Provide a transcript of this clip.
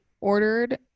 ordered